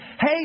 Hey